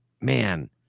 man